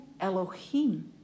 Elohim